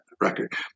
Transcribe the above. record